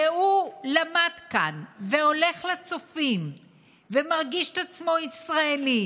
והוא למד כאן והולך לצופים ומרגיש את עצמו ישראלי,